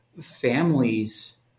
families